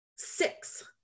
Six